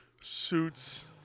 suits